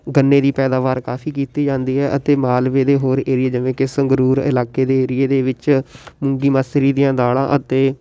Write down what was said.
ਗੰਨੇ ਦੀ ਪੈਦਾਵਾਰ ਕਾਫੀ ਕੀਤੀ ਜਾਂਦੀ ਹੈ ਅਤੇ ਮਾਲਵੇ ਦੇ ਹੋਰ ਏਰੀਏ ਜਿਵੇਂ ਕਿ ਸੰਗਰੂਰ ਇਲਾਕੇ ਦੇ ਏਰੀਏ ਦੇ ਵਿੱਚ ਮੂੰਗੀ ਮਸਰੀ ਦੀਆਂ ਦਾਲਾਂ ਅਤੇ